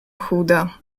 chuda